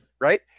Right